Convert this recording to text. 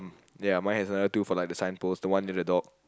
ya my has other two for like the sign post the one with the dog